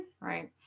right